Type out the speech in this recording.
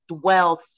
dwell